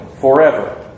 forever